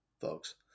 folks